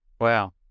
Wow